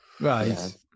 right